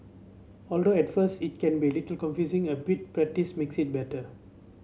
although at first it can be a little confusing a bit practice makes it better